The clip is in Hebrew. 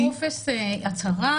ימלא טופס הצהרה,